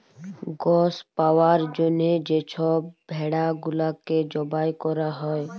গস পাউয়ার জ্যনহে যে ছব ভেড়া গুলাকে জবাই ক্যরা হ্যয়